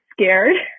scared